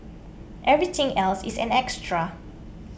everything else is an extra